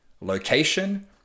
location